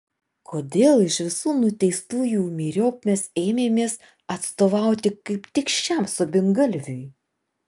kodėl iš visų nuteistųjų myriop mes ėmėmės atstovauti kaip tik šiam subingalviui